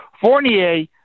Fournier